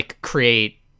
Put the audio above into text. create